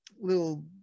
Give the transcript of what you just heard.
little